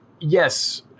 yes